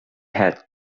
had